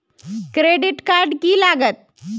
Credit card की लागत?